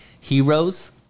heroes